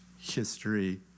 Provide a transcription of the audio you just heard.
history